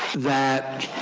that